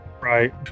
Right